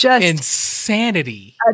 insanity